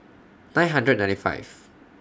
nine hundred ninety five